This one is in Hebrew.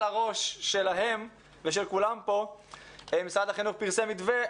הראש שלהם ושל כולם פה משרד החינוך פרסם מתווה.